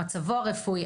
מצבו הרפואי.